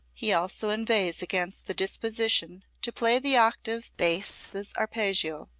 he also inveighs against the disposition to play the octave basses arpeggio.